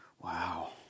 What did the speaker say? Wow